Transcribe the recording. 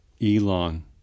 Elon